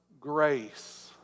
grace